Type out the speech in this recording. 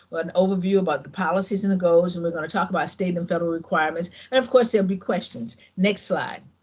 or an overview about the policies and the goals, and we're gonna talk about state and federal requirements. and of course, there'll be questions. next slide.